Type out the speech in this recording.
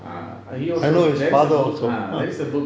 he also there is a book ah there is a book